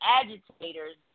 agitators